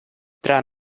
tra